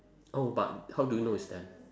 oh but how do you know it's them